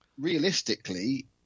Realistically